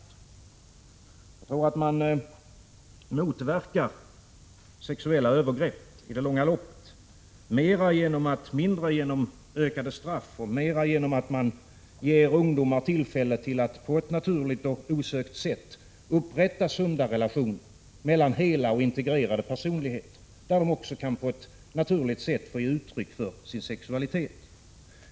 Jag tror att man i det långa loppet motverkar sexuella övergrepp mindre genom ökade straff och mera genom att ge ungdomar tillfälle att på ett naturligt och osökt sätt upprätta sunda relationer mellan hela och integrerade personligheter. Då kan ungdomarna på ett naturligt sätt ge uttryck för sin sexualitet.